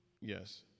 Yes